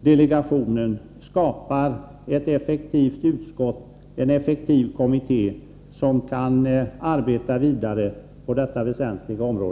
delegationen skapas en effektiv kommitté som kan arbeta vidare på detta väsentliga område.